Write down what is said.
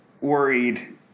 worried